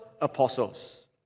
apostles